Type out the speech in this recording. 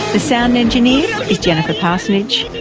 the sound engineer is jennifer parsonage.